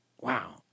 Wow